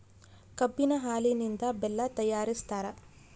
ಕಬ್ಬಿನ ಹಾಲಿನಿಂದ ಬೆಲ್ಲ ತಯಾರಿಸ್ತಾರ